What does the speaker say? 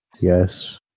Yes